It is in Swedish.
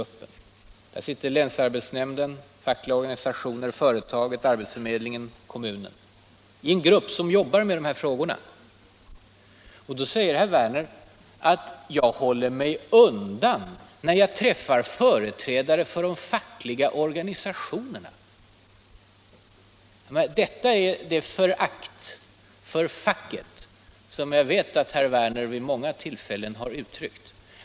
I den sitter representanter för länsarbetsnämnden, de fackliga organisationerna, företaget, arbetsförmedlingen och kommunen. Och då säger herr Werner att jag håller mig undan — när jag träffar företrädare för de fackliga organisationerna! Detta är ett förakt för facket som jag vet att herr Werner vid många tillfällen har uttryckt.